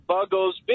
Buggles